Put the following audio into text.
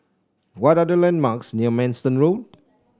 what are the landmarks near Manston Road